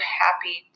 happy